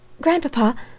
Grandpapa